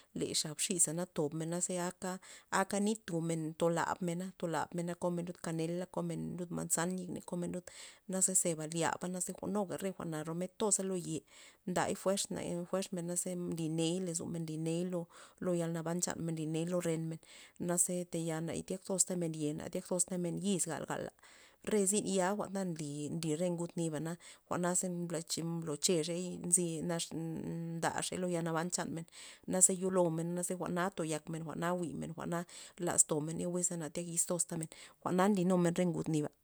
Le xab xi'sa na tobmena aka aka nit jwu'men tolabmena tolabmena komen lud kanela komen lud manzan yekney komen lud naze ze lyaba naze nuga re jwa'na romed toza lo ye ndar fuerz men nday za nliney lozomen nly ney lo yal naban chanmen nliney lo ren men naze tayal na tyaktozta men yen na tyaktoztamen yiz gal gala, re zyn ya jwa'n ta nly nly re ngud nibana jwa'na mbla- mbloche rxey nzi ndaxey lo yalnaban chanmen naze yolemena naze jwa'na toyakmen jwa'na jwi'men jwa'na laztomey ye wiz na tyak yiz toztamen jwana nli numen re ngud niba'.